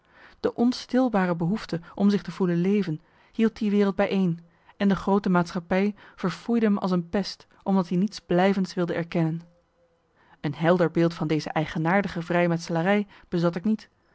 de onstilbare behoefte om zich te voelen leven hield die wereld bijeen en de groote maatschappij verfoeide m als een pest omdat i niets blijvends wilde erkennen marcellus emants een nagelaten bekentenis een helder beeld van deze eigenaardige vrijmetselarij bezat ik niet